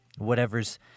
Whatever's